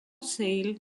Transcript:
sale